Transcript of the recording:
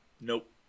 Nope